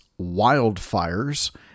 wildfires